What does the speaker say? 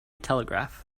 telegraph